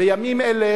בימים אלה